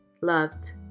loved